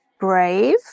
brave